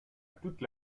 toute